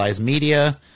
Media